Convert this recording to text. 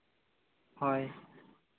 ᱦᱳᱭ